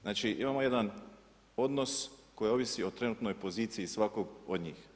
Znači imamo jedan odnos koji ovisi o trenutnoj poziciji svakog od njih.